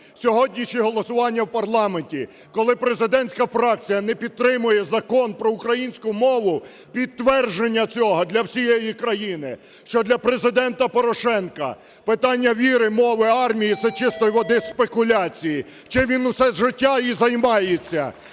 Сьогоднішні голосування в парламенті, коли президентська фракція не підтримує Закон про українську мову, підтвердження цього для всієї країни, що для Президента Порошенка питання віри, мови, армії – це чистої води спекуляції, чим він все життя і займається.